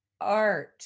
art